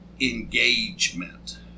engagement